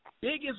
biggest